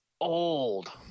old